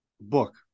book